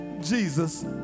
Jesus